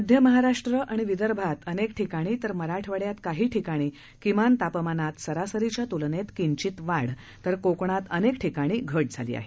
मध्य महाराष्ट्र आणि विदर्भात अनेक ठिकाणी तर मराठवाड्यात काही ठिकाणी किमान तापमानात सरासरीच्या त्लनेत किंचित वाढ तर कोकणात अनेक ठिकाणी घट झाली आहे